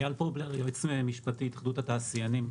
אייל פרובלר, יועץ משפטי, התאחדות התעשיינים.